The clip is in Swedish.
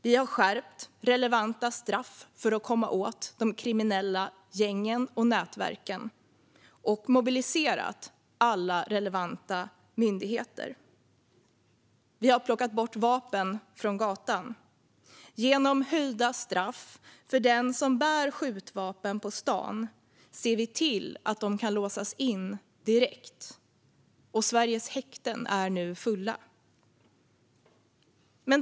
Vi har skärpt relevanta straff för att komma åt de kriminella gängen och nätverken och mobiliserat alla relevanta myndigheter. Vi har plockat bort vapen från gatan. Vi har höjt straffen för dem som bär skjutvapen på stan och ser till att de kan låsas in direkt. Sveriges häkten är nu fulla.